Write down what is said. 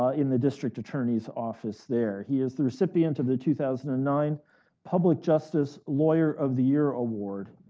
ah in the district attorney's office there. he is the recipient of the two thousand and nine public justice lawyer of the year award.